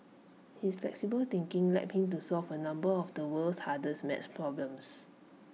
his flexible thinking led him to solve A number of the world's hardest math problems